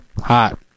Hot